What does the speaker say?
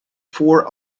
four